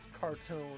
cartoon